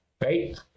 right